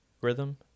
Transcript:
rhythm